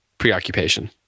Preoccupation